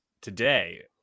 today